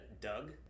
Doug